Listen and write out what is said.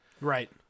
Right